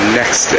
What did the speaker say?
next